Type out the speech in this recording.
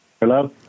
Hello